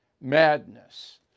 madness